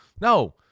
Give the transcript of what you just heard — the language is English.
no